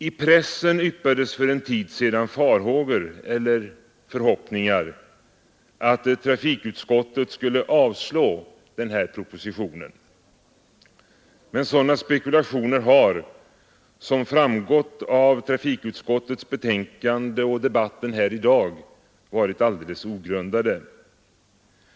I pressen yppades för någon tid sedan farhågor — eller förhoppningar — att trafikutskottet skulle avstyrka propositionen. Men sådana spekulationer har som framgått av trafikutskottets betänkande och debatten här i dag varit alldeles ogrundade.